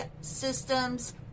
systems